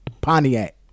Pontiac